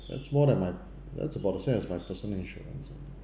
that's more than my that's about the same as my personal insurance ah